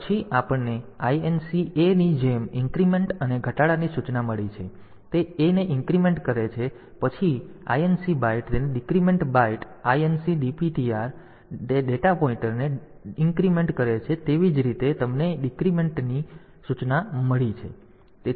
પછી આપણને INC Aની જેમ ઇન્ક્રીમેન્ટ અને ઘટાડાની સૂચનાઓ મળી છે તે A ને ઇન્ક્રીમેન્ટ કરે છે પછી INC બાઇટ તેને ઇન્ક્રીમેન્ટ બાઇટ INC DPTR તે ડેટા પોઇન્ટરને ઇન્ક્રીમેન્ટ કરે છે તેવી જ રીતે તમને ડિક્રિમેન્ટ પ્રકારની સૂચના મળી છે